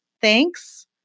thanks